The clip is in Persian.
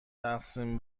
تقسیم